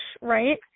right